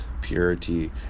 purity